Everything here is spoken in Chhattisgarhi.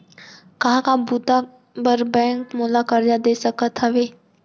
का का बुता बर बैंक मोला करजा दे सकत हवे?